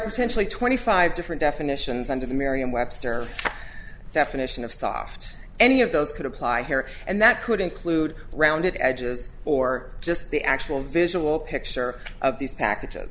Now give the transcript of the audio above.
potentially twenty five different definitions under the merriam webster definition of soft any of those could apply here and that could include rounded edges or just the actual visual picture of these packages